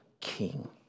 king